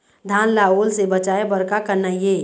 धान ला ओल से बचाए बर का करना ये?